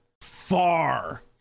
Far